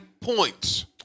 points